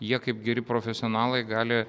jie kaip geri profesionalai gali